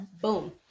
Boom